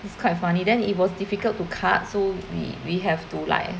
it's quite funny then it was difficult to cut so we we have to like